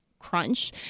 crunch